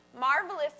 Marvelous